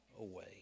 away